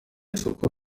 isoko